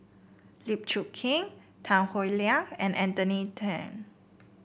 Lim Chong Keat Tan Howe Liang and Anthony Then